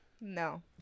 No